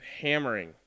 hammering